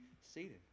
seated